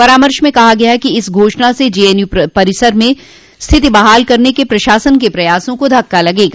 परामर्श में कहा गया है कि इस घोषणा से जेएनयू परिसर में स्थिति बहाल करने के प्रशासन के प्रयासों को धक्का लगेगा